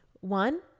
one